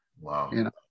Wow